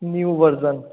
new version